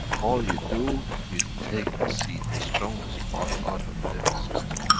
all you do, you take the seed, the strongest part out of the system.